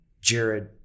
Jared